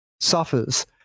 suffers